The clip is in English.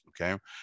Okay